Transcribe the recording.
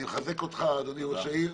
אני מחזק אותך אדוני ראש העיר.